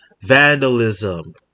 vandalism